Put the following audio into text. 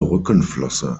rückenflosse